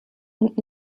und